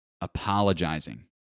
apologizing